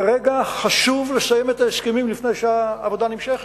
כרגע חשוב לסיים את ההסכמים לפני שהעבודה נמשכת.